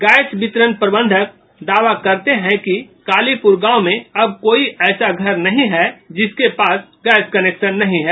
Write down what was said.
gas वितरण प्रबंधक दावा करते हैं कि कालीपुर गांव में अब कोई ऐसा घर नहीं है जिसके पास गैस कनेक्शन नहीं है